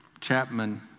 Chapman